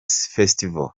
festival